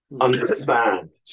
understand